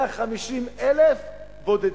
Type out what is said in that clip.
150,000 בודדים.